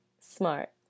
smart